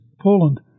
Poland